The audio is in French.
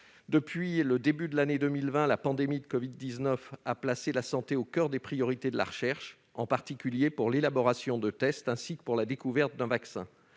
Depuis le début de l'année 2020, la pandémie de covid-19 a placé la santé au coeur des priorités de la recherche, en particulier pour l'élaboration de tests et la découverte d'un vaccin.